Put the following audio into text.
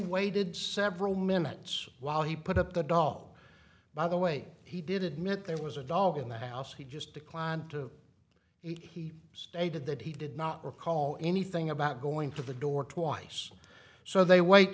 waited several minutes while he put up the dog by the way he did admit there was a dog in the house he just declined to eat he stated that he did not recall anything about going to the door twice so they wait